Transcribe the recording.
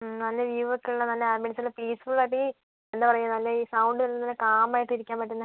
നല്ല വ്യൂ ഒക്കെ ഉള്ള നല്ല ആംബിയൻസ് ഉള്ള പീസ്ഫുൾ ആയിട്ട് ഈ എന്താണ് പറയുക നല്ല ഈ സൗണ്ട് ഒന്നുമില്ലാത്ത കാം ആയിട്ട് ഇരിക്കാൻ പറ്റുന്നത്